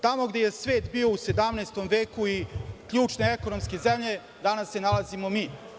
Tamo gde je svet bio u 17. veku i ključne ekonomske zemlje, danas se nalazimo mi.